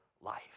life